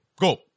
go